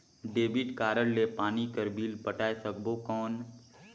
Debit card ले पानी कर बिल पटाय सकबो कौन?